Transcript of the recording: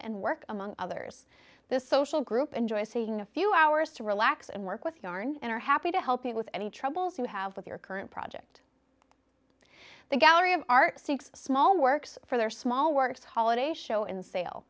and work among others this social group enjoy seeing a few hours to relax and work with yarn and are happy to help you with any troubles you have with your current project the gallery of art six small works for their small works holiday show in sale